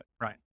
Right